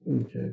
Okay